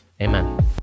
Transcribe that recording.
amen